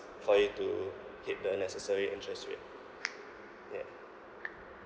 for you to keep the necessary interest rate yeah